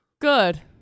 Good